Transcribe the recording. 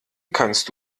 kannst